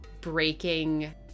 breaking